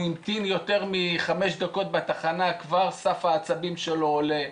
המתין יותר מחמש דקות בתחנה וכבר סף העצבים שלו עולה.